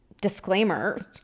Disclaimer